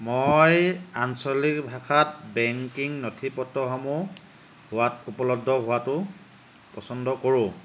মই আঞ্চলিক ভাষাত বেংকিং নথি পত্ৰসমূহ হোৱাত উপলব্ধ হোৱাটো পচন্দ কৰোঁ